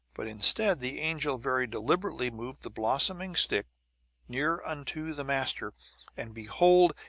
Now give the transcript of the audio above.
but instead the angel very deliberately moved the blooming stick near unto the master and behold,